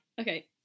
okay